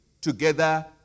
together